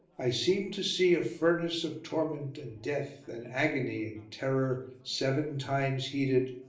i seemed to see a furnace of torment and death and agony and terror seven times heated,